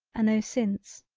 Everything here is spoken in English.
a no since.